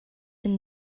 and